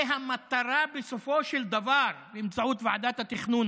המטרה בסופו של דבר, באמצעות ועדת התכנון